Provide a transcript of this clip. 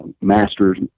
Master's